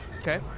Okay